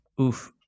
oof